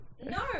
No